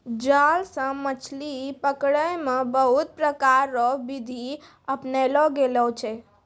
जाल से मछली पकड़ै मे बहुत प्रकार रो बिधि अपनैलो गेलो छै